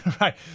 Right